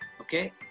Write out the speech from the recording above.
Okay